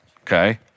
okay